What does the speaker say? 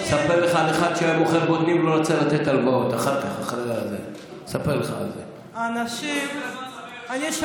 אספר לך אחר כך על אחד שהיה מוכר בוטנים ולא רצה לתת הלוואות.